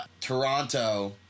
Toronto